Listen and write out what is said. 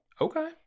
Okay